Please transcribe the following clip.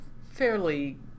fairly